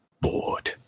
bored